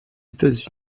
états